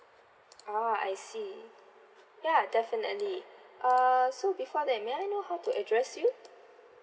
ah I see ya definitely uh so before that may I know how to address you